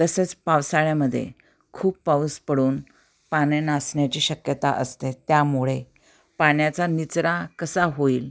तसेच पावसाळ्यामध्ये खूप पाऊस पडून पाने नासण्याची शक्यता असते त्यामुळे पाण्याचा निचरा कसा होईल